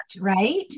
right